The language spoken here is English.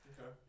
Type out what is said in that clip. Okay